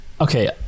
okay